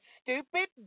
stupid